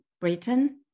Britain